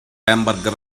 hamburger